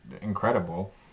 incredible